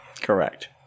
Correct